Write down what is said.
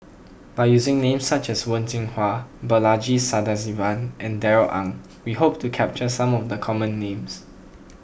by using names such as Wen Jinhua Balaji Sadasivan and Darrell Ang we hope to capture some of the common names